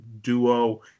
duo